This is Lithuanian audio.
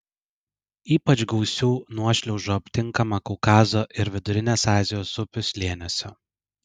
ypač gausių nuošliaužų aptinkama kaukazo ir vidurinės azijos upių slėniuose